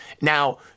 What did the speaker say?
Now